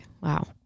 Wow